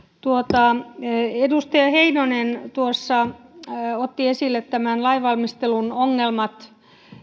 edustaja heinonen otti esille lainvalmistelun ongelmat